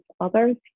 others